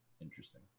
Interesting